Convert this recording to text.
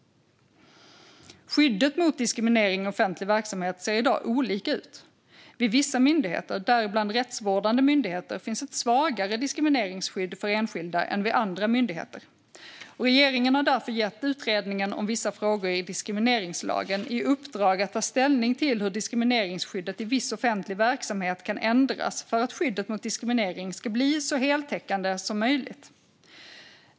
Skyddet mot diskriminering i offentlig verksamhet ser i dag olika ut. Vid vissa myndigheter, däribland rättsvårdande myndigheter, finns ett svagare diskrimineringsskydd för enskilda än vid andra myndigheter. Regeringen har därför gett utredningen om vissa frågor i diskrimineringslagen i uppdrag att ta ställning till hur diskrimineringsskyddet i viss offentlig verksamhet kan ändras för att skyddet mot diskriminering ska bli så heltäckande som möjligt.